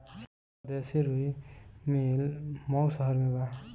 स्वदेशी रुई मिल मऊ शहर में बा